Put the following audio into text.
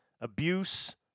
Abuse